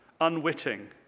unwitting